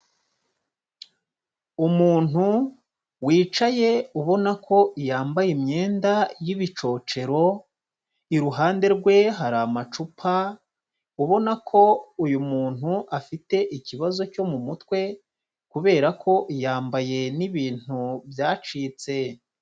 Umuntu wicaye ubona ko yambaye imyenda y'ibicocero, iruhande rwe hari amacupa, ubona ko uyu muntu afite ikibazo cyo mu mutwe kubera ko yambaye n'ibintu byacitse.